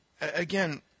again